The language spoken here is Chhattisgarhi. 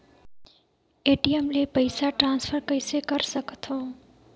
ए.टी.एम ले पईसा ट्रांसफर कइसे कर सकथव?